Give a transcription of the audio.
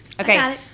Okay